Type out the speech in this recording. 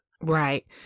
Right